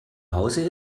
hause